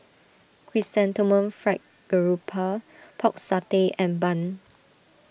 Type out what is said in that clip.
Chrysanthemum Fried Garoupa Pork Satay and Bun